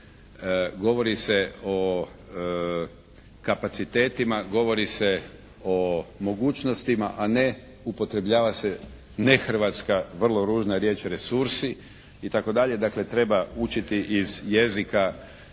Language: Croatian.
Govori se o kapacitetima, govori se o mogućnostima a ne upotrebljava se nehrvatska vrlo ružna riječ resursi itd., dakle treba učiti iz jezika